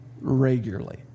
regularly